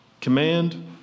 Command